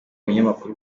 umunyamakuru